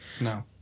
no